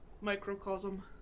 microcosm